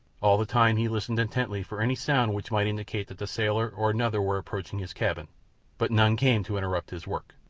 all the time he listened intently for any sound which might indicate that the sailor or another were approaching his cabin but none came to interrupt his work.